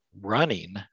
running